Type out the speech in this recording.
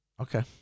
Okay